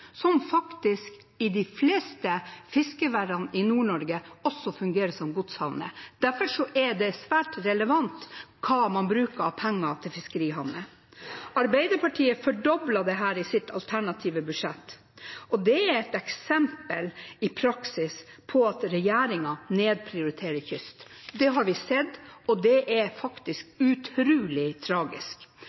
som faktisk i de fleste fiskeværene i Nord-Norge også fungerer som godshavner. Derfor er det svært relevant hva man bruker av penger til fiskerihavner. Arbeiderpartiet fordoblet dette i sitt alternative budsjett. Dette er et eksempel i praksis på at regjeringen nedprioriterer kysten. Det har vi sett, og det er utrolig tragisk